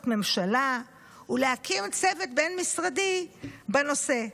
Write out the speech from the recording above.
ממשלה ולהקים צוות בין-משרדי בנושא".